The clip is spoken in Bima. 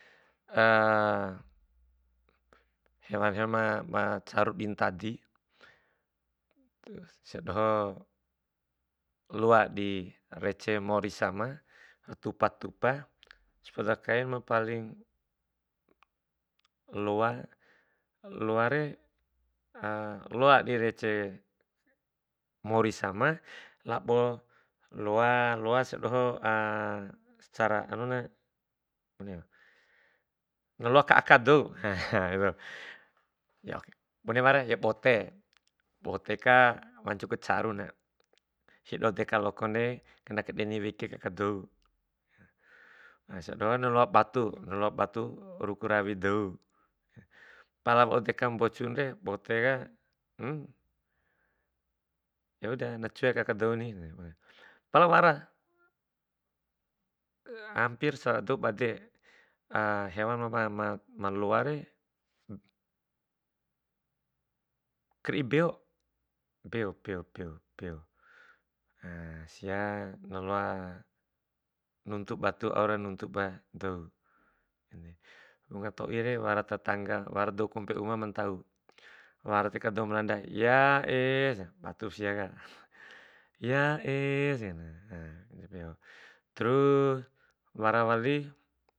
hewan ma- ma ncaru ditadi sia doho loa direce mori sama, tupa tupa sepoda kain ma paling loa, loare loa direce mori sama, labo, loa- loa siadoho secara hanuna na loa ka aka dou bune wara ke bote, bote ka wancu ku caruna, hido deka lokonde na ka deni wekik aka dou sia dohoke na loa batu, na loa batu ruku rawi dou. Pala wau dekam mbocunde boteka ya uda na cuek aka douni. Pala wara hampir sara'a dou bade hewan ma- ma loare kri'i beo. Beo- beo- beo sia na loa nuntu batu aur nuntu ba dou. Wunga toire wara tetanga, wara dou kompe uma mantau, wara deka dou malanda, ya es, batu ba siaka ya es nggahina terus wara wali.